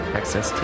access